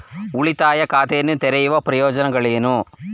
ಉಳಿತಾಯ ಖಾತೆಯನ್ನು ತೆರೆಯುವ ಪ್ರಯೋಜನಗಳೇನು?